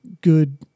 good